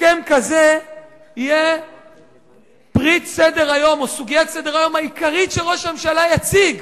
הסכם כזה יהיה סוגיית סדר-היום העיקרי שראש הממשלה יציג,